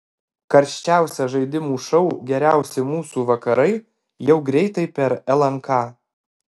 karščiausias žaidimų šou geriausi mūsų vakarai jau greitai per lnk